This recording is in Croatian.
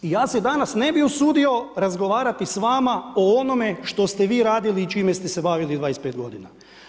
I ja se danas ne bih usudio razgovarati s vama o onome što ste vi radili i s čime ste se bavili 25 godina.